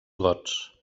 gots